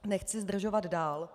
Nechci zdržovat dál.